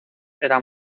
era